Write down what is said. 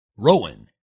Rowan